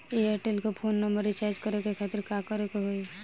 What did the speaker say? Airtel के phone number recharge करे के खातिर का करे के होई?